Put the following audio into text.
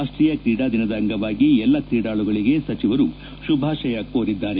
ರಾಷ್ಟೀಯ ಕ್ರೀಡಾದಿನದ ಅಂಗವಾಗಿ ಎಲ್ಲಾ ಕ್ರೀಡಾಳುಗಳಿಗೆ ಸಚಿವರು ಶುಭಾಶಯ ಕೋರಿದ್ದಾರೆ